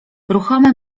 ruchome